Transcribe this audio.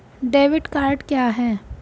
Debit card क्या है?